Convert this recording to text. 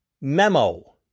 memo